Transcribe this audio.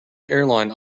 airline